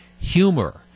humor